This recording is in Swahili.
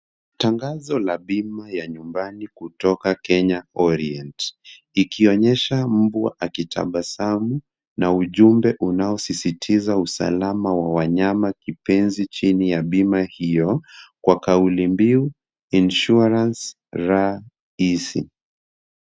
Tangazo la bima ya nyumbani kutoka Kenya Orient ikionyesha mbwa akitabasamu na ujumbe unaosisitiza usalama wa wanyama kipenzi chini ya bima hiyo kwa kauli mbiu insurance rahisi.